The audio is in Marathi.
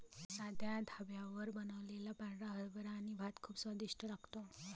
साध्या ढाब्यावर बनवलेला पांढरा हरभरा आणि भात खूप स्वादिष्ट लागतो